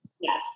Yes